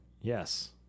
yes